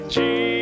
Jesus